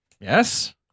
yes